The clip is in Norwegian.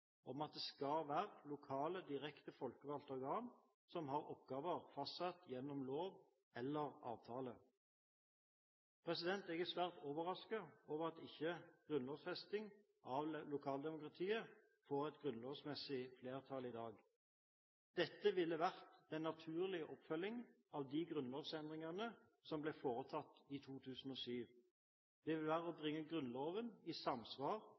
om at det skal være lokale, direkte folkevalgte organ som har oppgaver fastsatt gjennom lov eller avtale. Jeg er svært overrasket over at ikke grunnlovfesting av lokaldemokratiet får et grunnlovsmessig flertall i dag. Dette ville vært en naturlig oppfølging av de grunnlovsendringene som ble foretatt i 2007. Det vil være å bringe Grunnloven i samsvar